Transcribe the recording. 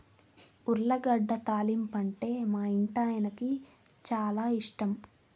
ఉర్లగడ్డ తాలింపంటే మా ఇంటాయనకి చాలా ఇష్టం